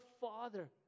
Father